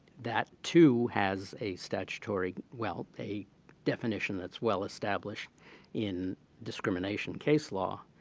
that too has a statutory well, a definition that's well-established in discrimination case law.